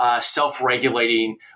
self-regulating